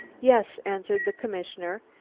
yes, answered the commissioner,